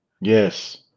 Yes